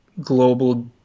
global